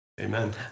Amen